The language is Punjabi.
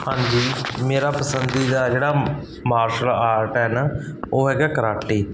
ਹਾਂਜੀ ਮੇਰਾ ਪਸੰਦੀਦਾ ਜਿਹੜਾ ਮਾਰਸ਼ਲ ਆਰਟ ਹੈ ਨਾ ਉਹ ਹੈਗਾ ਕਰਾਟੇ